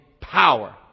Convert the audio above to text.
Power